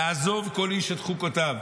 "לעזוב כל איש את חוקותיו".